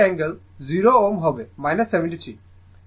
angle 244o